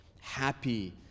happy